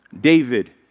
David